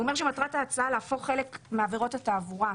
הוא אומר שמטרת ההצעה להפוך חלק מעבירות התעבורה,